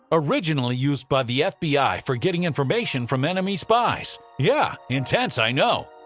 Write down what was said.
originally used by the fbi for getting information from enemy spies, yeah intense i know.